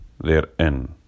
therein